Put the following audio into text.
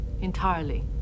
entirely